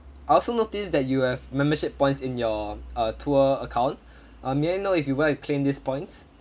I also noticed that you have membership points in your uh tour account um may I know if you want to claim these points